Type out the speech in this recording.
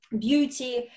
beauty